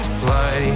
fly